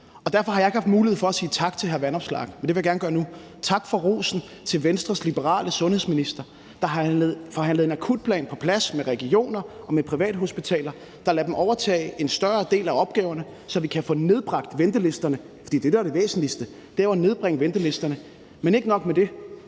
Derfor har jeg ikke haft mulighed for at sige tak til hr. Alex Vanopslagh, men det vil jeg gerne gøre nu: Tak for rosen til Venstres liberale sundhedsminister, der har forhandlet en akutplan på plads med regioner og med privathospitaler, der lader dem overtage en større del af opgaverne, så vi kan få nedbragt ventelisterne. For det er jo det, der er det væsentligste. Det er jo at nedbringe ventelisterne. Men ikke nok med det,